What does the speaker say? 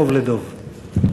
מדב לדב.